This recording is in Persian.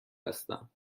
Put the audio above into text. هستم